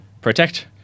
protect